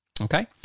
okay